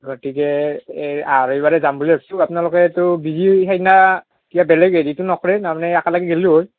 গতিকে ৰবিবাৰে যাম বুলি ভাবিছোঁ আপোনালোকেতো বিজি সেইদিনা কিবা বেলেগ হেৰিতো নকৰে তাৰমানে একেলগে গেলো হয়